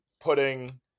putting